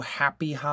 happy